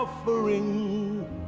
Offering